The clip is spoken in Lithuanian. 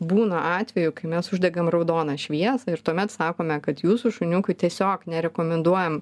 būna atvejų kai mes uždegam raudoną šviesą ir tuomet sakome kad jūsų šuniukui tiesiog nerekomenduojam